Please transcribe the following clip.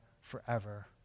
forever